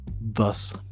thus